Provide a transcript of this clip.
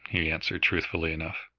he answered, truthfully enough.